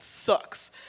sucks